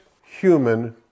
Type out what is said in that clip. human